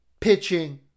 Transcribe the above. pitching